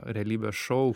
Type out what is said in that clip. realybės šou